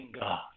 God